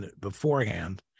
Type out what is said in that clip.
beforehand